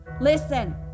listen